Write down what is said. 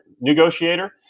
negotiator